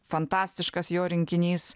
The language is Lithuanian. fantastiškas jo rinkinys